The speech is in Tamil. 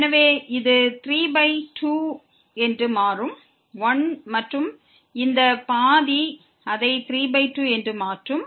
எனவே இது 3 பை 2 என்று மாறும் 1 மற்றும் இந்த பாதி அதை 32 என்று மாற்றும்